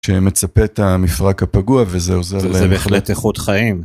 שמצפה את המפרק הפגוע וזה עוזר להם, זה בהחלט איכות חיים.